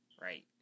Right